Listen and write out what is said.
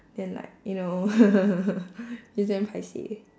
then like you know it's damn paiseh